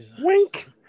Wink